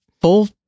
full